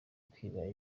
kwiba